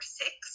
six